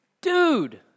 dude